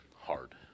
hard